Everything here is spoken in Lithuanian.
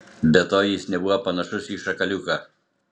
be to jis nebuvo panašus į šakaliuką